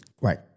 Right